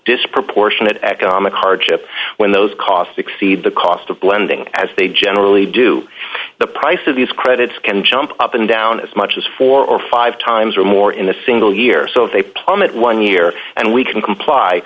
disproportionate economic hardship when those costs exceed the cost of blending as they generally do the price of these credits can jump up and down as much as four or five times or more in a single year so if they plummet one year and we can comply